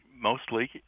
mostly